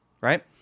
right